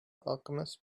alchemists